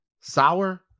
sour